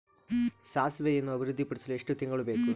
ಸಾಸಿವೆಯನ್ನು ಅಭಿವೃದ್ಧಿಪಡಿಸಲು ಎಷ್ಟು ತಿಂಗಳು ಬೇಕು?